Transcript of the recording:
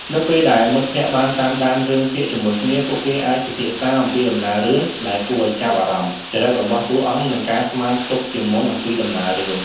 នៅពេលដែលមិត្តភក្តិបានតាមដានរឿងភាគជាមួយគ្នា ពួកគេអាចពិភាក្សាអំពីដំណើររឿងដែលគួរឲ្យចាប់អារម្មណ៍ ចរិតរបស់តួអង្គ និងការស្មានទុកជាមុនអំពីដំណើររឿង។